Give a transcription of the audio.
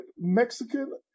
Mexican